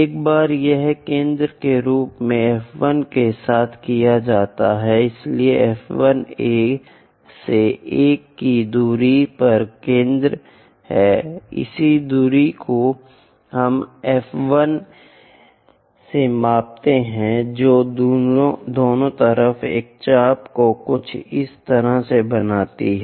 एक बार यह केंद्र के रूप में F 1 के साथ किया जाता है इसलिए F 1 A से 1 की दूरी पर केंद्र है इस दूरी को हम F 1 से मापते हैं जो दोनों तरफ एक चाप को कुछ इस तरह बनाती है